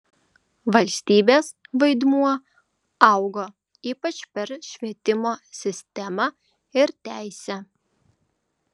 valstybės vaidmuo augo ypač per švietimo sistemą ir teisę